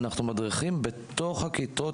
אנחנו מדריכים בתוך הכיתות,